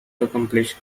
accomplish